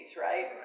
Right